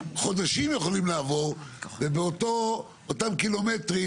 כשחודשים יכולים לעבור ובאותם קילומטרים,